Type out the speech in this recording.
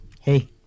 Hey